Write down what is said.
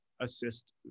assist